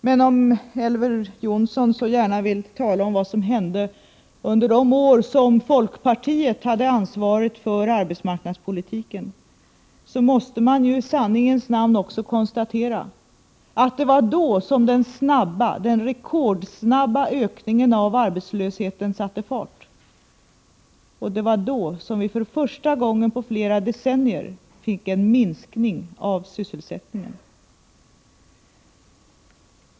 Men om Elver Jonsson så gärna vill tala om vad som hände under de år som folkpartiet hade ansvaret för arbetsmarknadspolitiken, så måste han ju i sanningens namn också konstatera att det var då som vi hade den rekordsnabba ökningen av arbetslösheten, och det var då som vi för första gången på flera decennier fick en minskning av sysselsättningen.